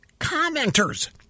commenters